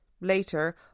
later